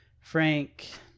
Frank